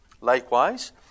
Likewise